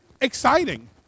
exciting